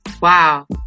Wow